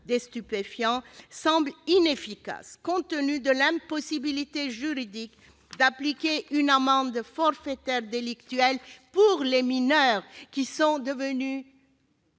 des stupéfiants, semble inefficace, compte tenu de l'impossibilité juridique d'appliquer une amende forfaitaire délictuelle pour les mineurs, qui, pour certains